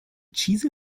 cheese